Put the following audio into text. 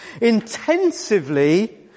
intensively